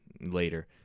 later